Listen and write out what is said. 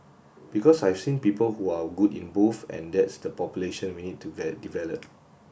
because I've seen people who are good in both and that's the population we need to develop